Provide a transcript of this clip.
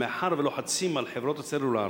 מאחר שלוחצים על חברות הסלולר